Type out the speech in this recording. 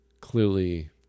clearly